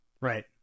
Right